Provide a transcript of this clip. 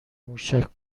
موشک